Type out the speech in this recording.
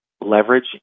leverage